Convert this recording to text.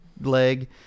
leg